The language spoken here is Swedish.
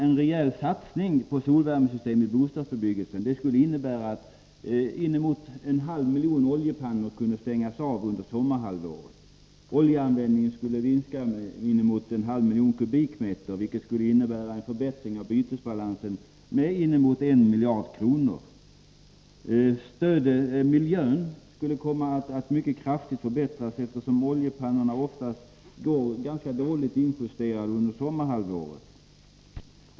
En rejäl satsning på solvärmesystem i bostadsbebyggelsen skulle innebära att inemot en halv miljon oljepannor kunde stängas av under sommarhalvåret. Oljeanvändningen skulle minska med ungefär en halv miljon m?, vilket skulle innebära en förbättring av bytesbalansen med ca 1 miljard kronor. Miljön skulle komma att förbättras mycket kraftigt, eftersom oljepannorna oftast är ganska dåligt injusterade under sommarhalvåret.